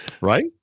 Right